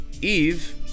Eve